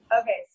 Okay